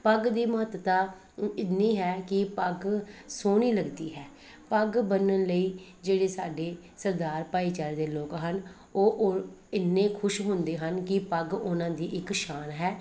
ਪੱਗ ਦੀ ਮਹੱਤਤਾ ਇੰਨੀ ਹੈ ਕਿ ਪੱਗ ਸੋਹਣੀ ਲੱਗਦੀ ਹੈ ਪੱਗ ਬੰਨਣ ਲਈ ਜਿਹੜੇ ਸਾਡੇ ਸਰਦਾਰ ਭਾਈਚਾਰੇ ਦੇ ਲੋਕ ਹਨ ਉਹ ਓ ਇੰਨੇ ਖੁਸ਼ ਹੁੰਦੇ ਹਨ ਕਿ ਪੱਗ ਉਹਨਾਂ ਦੀ ਇੱਕ ਸ਼ਾਨ ਹੈ